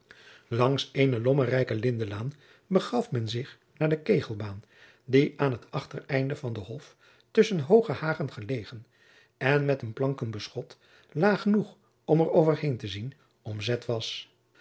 langs eene lommerrijke lindenlaan begaf men zich naar de kegelbaan die aan het achtereinde van den hof tusschen hooge hagen gelegen en met een planken beschot laag genoeg om er over heen te zien omzet was